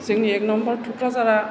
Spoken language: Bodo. जोंनि एक नम्बर थुक्राझारआ